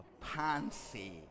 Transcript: Pansy